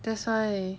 that's why